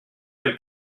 del